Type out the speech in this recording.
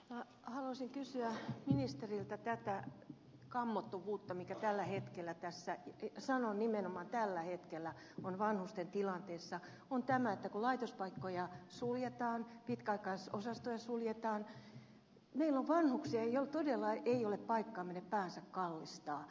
haluaisin kysyä ministeriltä tätä kammottavuutta mikä tällä hetkellä nimenomaan tällä hetkellä on tässä vanhusten tilanteessa että kun laitospaikkoja suljetaan pitkäaikaisosastoja suljetaan meillä on vanhuksia joilla todella ei ole paikkaa minne päänsä kallistaa